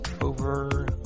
over